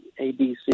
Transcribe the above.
ABC